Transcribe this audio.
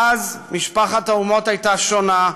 אז משפחת האומות הייתה שונה,